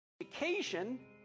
education